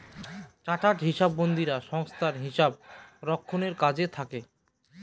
chartered হিসাববিদরা সংস্থায় হিসাব রক্ষণের কাজে থাকে